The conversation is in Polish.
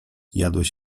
jadłeś